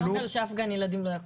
זה אומר שאף גן ילדים לא יקום.